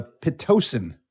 pitocin